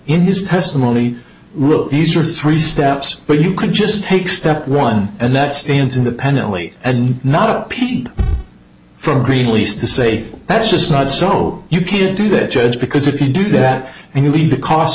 in his testimony these are three steps but you could just take step one and that stands independently and not paid for greenlee's to say that's just not so you can't do that judge because if you do that and you need the cost